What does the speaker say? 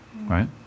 right